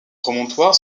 promontoire